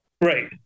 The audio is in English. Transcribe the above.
Right